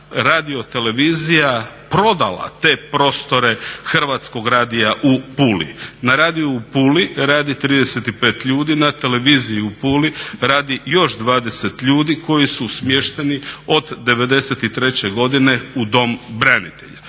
zašto bi HRT prodala te prostore HR-a u Puli? Na radiju u Puli radi 35 ljudi, na televiziji u Puli radi još 20 ljudi koji su smješteni od '93. godine u Dom branitelja.